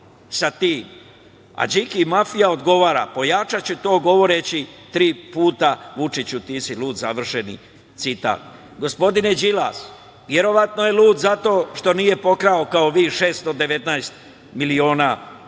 sa tim, Điki mafija odgovara – pojačaću to govoreći tri puta – Vučiću ti si lud, završen citat. Gospodine Đilas, verovatno je lud zato što nije pokrao kao vi 619 miliona evra